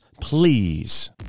please